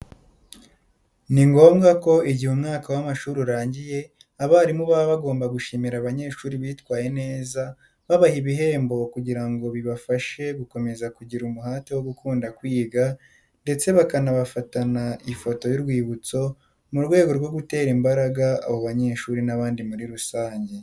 Ni ngombwa ko igihe umwaka w'amashuri urangiye abarimu baba bagomba gushimira abanyeshuri bitwaye neza babaha ibihembo kugira ngo bibafashe gukomeza kugira umuhate wo gukunda kwiga ndetse bakanafatana ifoto y'urwibutso mu rwego rwo gutera imbaraga abo banyeshuri n'abandi muri rusange.